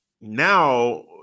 now